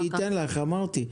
אני אתן לך, אמרתי.